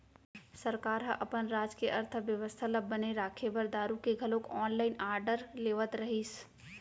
सरकार ह अपन राज के अर्थबेवस्था ल बने राखे बर दारु के घलोक ऑनलाइन आरडर लेवत रहिस